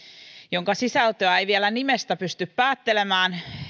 sen sisältöä ei vielä nimestä pysty päättelemään